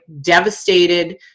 devastated